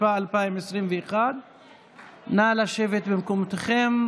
התשפ"א 2021. נא לשבת במקומותיכם.